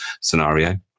scenario